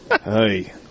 Hey